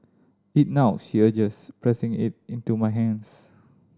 eat now she urges pressing it into my hands